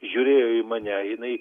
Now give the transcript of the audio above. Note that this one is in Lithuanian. žiūrėjo į mane jinai